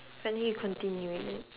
but then you continue is it